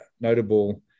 notable